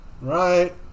Right